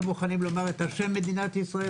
לא מוכנים לומר את השם מדינת ישראל.